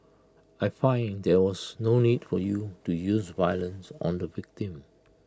I find there was no need for you to use violence on the victim